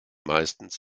meistens